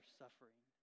suffering